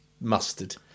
mustard